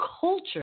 culture